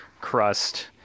crust